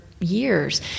Years